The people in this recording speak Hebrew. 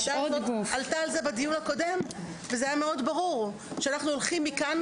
בדיון הקודם זה היה מאוד ברור שאנחנו הולכים מכאן